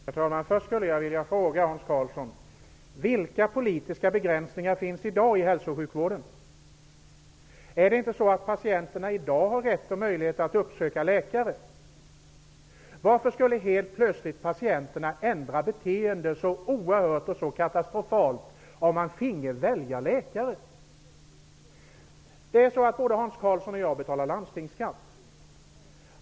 Herr talman! Först skulle jag vilja fråga Hans Karlsson: Vilka politiska begränsningar finns i dag i hälso och sjukvården? Är det inte så att patienterna i dag har rätt och möjlighet att uppsöka läkare? Varför skulle patienterna helt plötsligt ändra beteende så katastrofalt om de finge välja läkare? Både Hans Karlsson och jag betalar landstingsskatt.